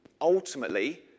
Ultimately